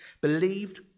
believed